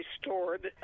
stored